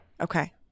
Okay